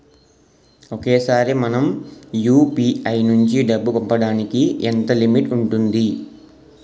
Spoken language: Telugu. ఒకేసారి మనం యు.పి.ఐ నుంచి డబ్బు పంపడానికి ఎంత లిమిట్ ఉంటుంది?